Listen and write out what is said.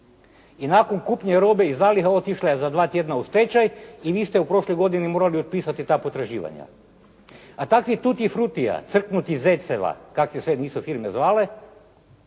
I nakon kupnje robe iz zaliha otišla je za 2 tjedna u stečaj i vi ste u prošloj godini morali otpisati ta potraživanja. A takvih «Tuti frutija», crknutih zeceva kak se sve nisu firme zvale